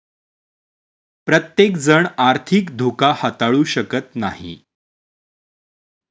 प्रत्येकजण आर्थिक धोका हाताळू शकत नाही